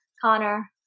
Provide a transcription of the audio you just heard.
Connor